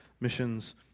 missions